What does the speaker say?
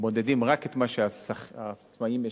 מודדים רק את מה שהעצמאי משלם.